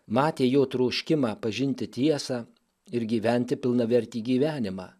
matė jo troškimą pažinti tiesą ir gyventi pilnavertį gyvenimą